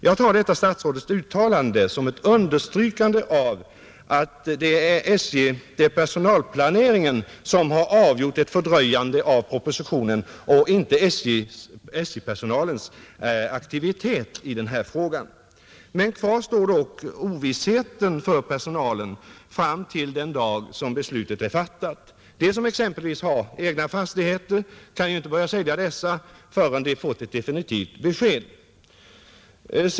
Jag tar detta statsrådets uttalande som ett understrykande av att det är personalplaneringen som har orsakat ett fördröjande av propositionen och inte SJ-personalens aktivitet i den här frågan. Men kvar står dock ovissheten för personalen fram till den dag då beslutet är fattat. De som exempelvis har egna fastigheter kan ju inte börja sälja dessa förrän de fått ett definitivt besked.